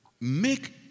make